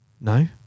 no